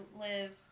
live